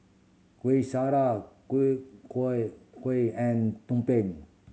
Kuih Syara kuih kuih kuih and tumpeng